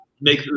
make